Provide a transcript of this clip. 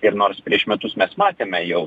ir nors prieš metus mes matėme jau